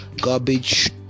garbage